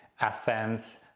Athens